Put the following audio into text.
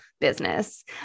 business